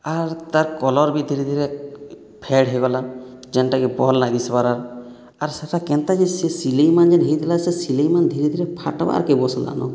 ଆର୍ ତାର୍ କଲର୍ ବି ଧୀରେ ଧୀରେ ଫେଡ଼ ହେଇଗଲା ଯେନ୍ଟାକି ଭଲ ନାଇ ଦିସବାର୍ ଆର୍ ଆର୍ ସେଟା କେନ୍ତା ଯେ ସେଟା ସେ ସିଲେଇ ମାନେ ଯେନ୍ ହେଇଥିଲା ସେ ସିଲେଇ ମାନେ ଧୀରେ ଧୀରେ ଫାଟ୍ବାର୍କେ ବସଲାନ